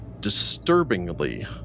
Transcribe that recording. disturbingly